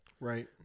Right